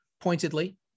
pointedly